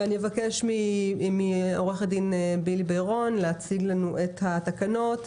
אני אבקש מעורך הדין בילי בירון להציג לנו את התקנות,